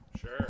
Sure